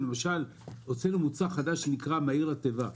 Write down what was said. למשל הוצאנו מוצר חדש שנקרא "מאיר התיבה",